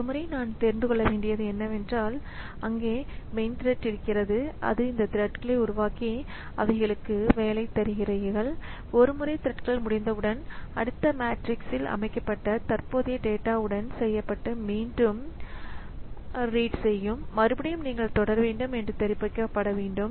ஒரு முறை நான் தெரிந்து கொள்ள வேண்டியது என்னவென்றால் அங்கே மெயின் த்ரெட் இருக்கிறது அது இந்த த்ரெட்களை உருவாக்கி அவைகளுக்கு வேலை தருகிறீர்கள் ஒரு முறை த்ரெட்கள் முடிந்தவுடன் அடுத்த மேட்ரிக்ஸில் அமைக்கப்பட்ட தற்போதைய டேட்டா உடன் செய்யப்பட்டு மீண்டும் ரீட் செய்யும் மறுபடியும் நீங்கள் தொடர வேண்டும் என்று தெரிவிக்கப்பட வேண்டும்